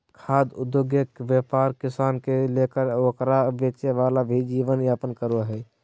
खाद्य उद्योगके व्यापार किसान से लेकर ओकरा बेचे वाला भी जीवन यापन करो हइ